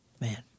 man